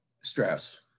stress